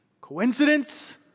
Coincidence